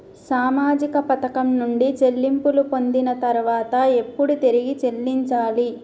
సామాజిక పథకం నుండి చెల్లింపులు పొందిన తర్వాత ఎప్పుడు తిరిగి చెల్లించాలి?